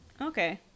okay